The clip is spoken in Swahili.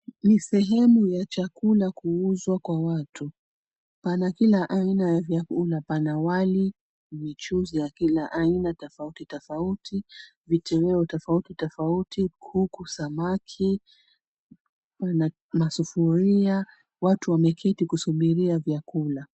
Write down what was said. Ni sehemu ya chakula kuuzwa kwa watu. Pana kila aina ya vyakula. Pana wali, michuuzi ya aina tofauti tofauti, vitoweo tofauti tofauti, kuku, samaki na sufuria. Watu wameketi kusubiria vyakula.